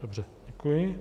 Dobře, děkuji.